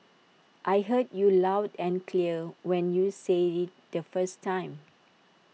I heard you loud and clear when you said IT the first time